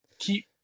keep